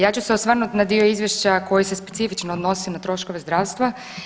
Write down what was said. Ja ću se osvrnut na dio izvješća koji se specifično odnosi na troškove zdravstva.